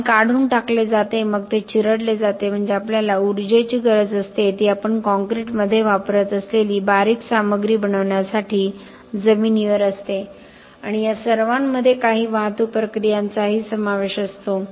पाणी काढून टाकले जाते मग ते चिरडले जाते म्हणजे आपल्याला ऊर्जेची गरज असते ती आपण काँक्रीटमध्ये वापरत असलेली बारीक सामग्री बनवण्यासाठी जमिनीवर असते आणि या सर्वांमध्ये काही वाहतूक प्रक्रियांचाही समावेश असतो